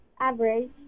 average